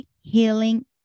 healing